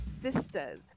sisters